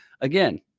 Again